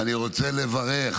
ואני רוצה לברך